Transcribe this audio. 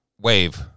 Wave